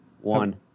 One